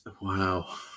Wow